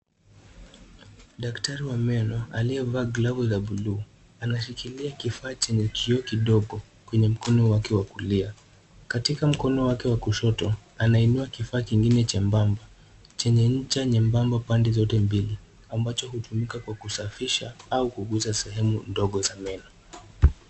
Daktari wa meno aliyevaa glavu za bluu, anashikilia kifaa chenye kioo kidogo kwenye mkono wake wa kulia, katika mkono wake wa kushoto, anainua kifaa kingine chembamba chenye ncha nyembamba pande zote mbili ambacho hutumika kwa kusafisha au kuguza sehemu ndogo za meno.